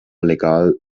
legal